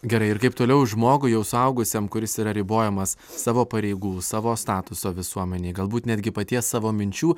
gerai ir kaip toliau žmogui jau suaugusiam kuris yra ribojamas savo pareigų savo statuso visuomenėj galbūt netgi paties savo minčių